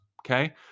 okay